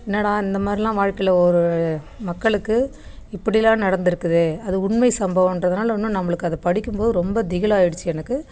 என்னடா இந்த மாதிரிலாம் வாழ்க்கையில் ஒரு மக்களுக்கு இப்படியெல்லாம் நடந்திருக்குதே அது உண்மை சம்பவன்றதுனால இன்னும் நம்மளுக்கு அது படிக்கும்போது ரொம்ப திகிலாக ஆயிடுச்சு எனக்கு